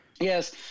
Yes